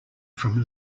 from